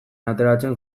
ateratzen